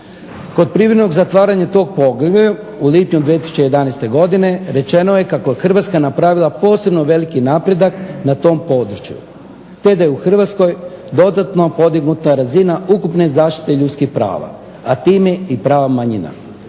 Kod privremenog zatvaranja tog poglavlja u lipnju 2011. godine rečeno je kako je Hrvatska napravila posebno veliki napredak na tom području te da je u Hrvatskoj dodatno podignuta razina ukupne zaštite ljudskih prava, a time i prava manjina.